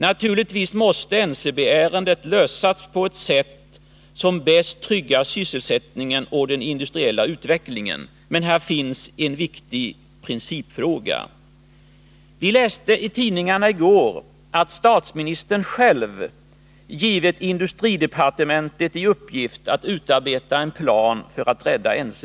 Naturligtvis måste NCB-ärendet lösas på ett sätt som bäst tryggar sysselsättningen och den industriella utvecklingen, men här finns en viktig principfråga. Vi kunde i går läsa i tidningarna att statsministern själv givit industridepartementet i uppgift att utarbeta en plan för att rädda NCB.